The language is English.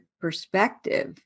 perspective